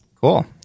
Cool